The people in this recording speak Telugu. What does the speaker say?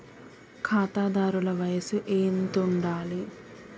ఖాతాదారుల వయసు ఎంతుండాలి?